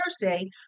Thursday